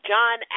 John